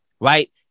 right